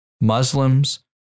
Muslims